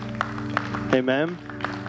Amen